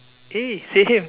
eh same